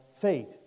fate